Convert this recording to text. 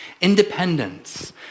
independence